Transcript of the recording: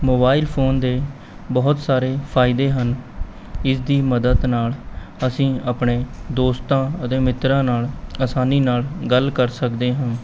mobile phone ਦੇ ਬਹੁਤ ਸਾਰੇ ਫਾਇਦੇ ਹਨ ਇਸ ਦੀ ਮੱਦਦ ਨਾਲ਼ ਅਸੀਂ ਆਪਣੇ ਦੋਸਤਾਂ ਅਤੇ ਮਿੱਤਰਾਂ ਨਾਲ਼ ਅਸਾਨੀ ਨਾਲ਼ ਗੱਲ ਕਰ ਸਕਦੇ ਹਾਂ